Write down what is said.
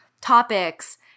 topics